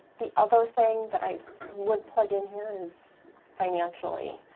the other thing that i would plug in here is financially.